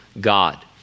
God